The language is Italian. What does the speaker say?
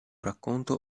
racconto